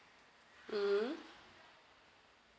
mm